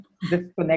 disconnect